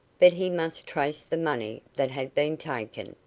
but he must trace the money that had been taken,